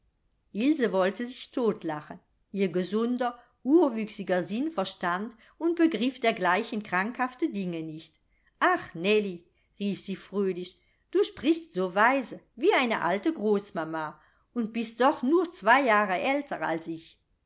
ilse wollte sich totlachen ihr gesunder urwüchsiger sinn verstand und begriff dergleichen krankhafte dinge nicht ach nellie rief sie fröhlich du sprichst so weise wie eine alte großmama und bist doch nur zwei jahr älter als ich